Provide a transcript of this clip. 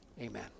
Amen